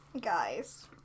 Guys